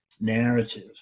narrative